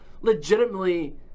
legitimately